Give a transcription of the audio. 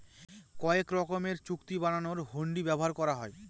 কয়েক রকমের চুক্তি বানানোর হুন্ডি ব্যবহার করা হয়